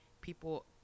people